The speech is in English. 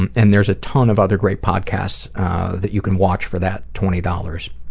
and and there is a ton of other great podcasts that you can watch for that twenty dollars,